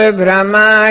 brahma